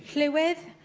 llywydd,